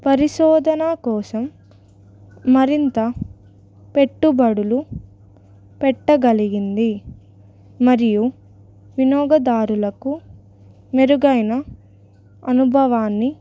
పరిశోధన కోసం మరింత పెట్టుబడులు పెట్టగలిగింది మరియు వినియోగదారులకు మెరుగైన అనుభవాన్ని